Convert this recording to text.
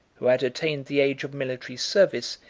who had attained the age of military service,